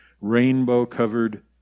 rainbow-covered